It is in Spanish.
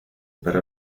perro